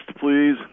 please